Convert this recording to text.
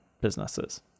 businesses